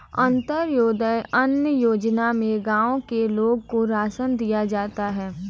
अंत्योदय अन्न योजना में गांव के लोगों को राशन दिया जाता है